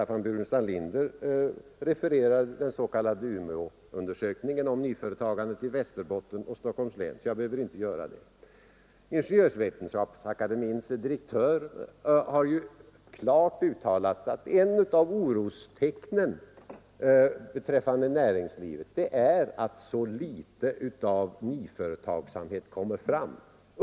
Herr Burenstam Linder refererade den s.k. Umeåundersökningen om nyföretagandet i Västerbotten och Stockholms län, så jag behöver inte göra det. Ingenjörsvetenskapsakademiens direktör har klart uttalat att ett av orostecknen inom näringslivet är att det kommer fram så litet av ny företagsamhet.